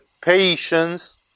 patience